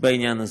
בעניין הזה.